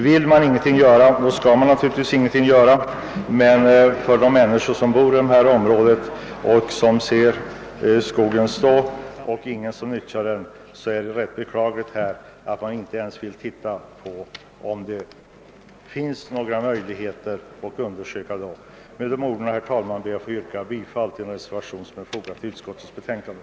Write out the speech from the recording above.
Vill man inget göra, skall man natur ligtvis inte heller göra något, men för de människor som bor i det aktuella området, där skogen får stå utan att användas, är det mycket tragiskt att man inte ens vill undersöka om det finns några möjligheter att nyttja dessa tillgångar. Herr talman! Med det anförda ber jag att få yrka bifall till den vid förevarande utlåtande fogade reservationen.